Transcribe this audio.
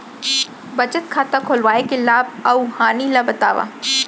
बचत खाता खोलवाय के लाभ अऊ हानि ला बतावव?